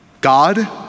God